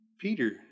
Peter